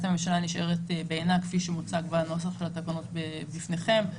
הממשלה נשארת בעינה כפי שמוצג בנוסח התקנות שמונחות בפניכם.